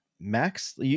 Max